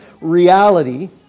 reality